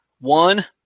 One